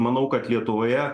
manau kad lietuvoje